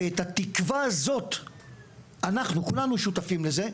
ואת התקווה הזאת, אנחנו, כולנו שותפים לזה,